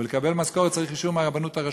ולקבל משכורת צריך אישור מהרבנות הראשית,